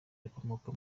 rikomoka